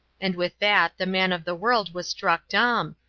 and with that the man of the world was struck dumb,